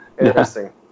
Interesting